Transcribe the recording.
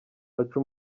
baca